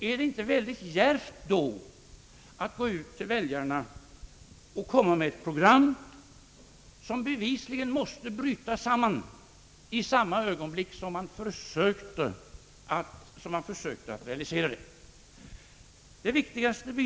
är det inte väldigt djärvt att gå ut till väljarna med ett program som bevisligen måste bryta samman i samma ögonblick som man försökte realisera det?